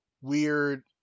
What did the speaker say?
weird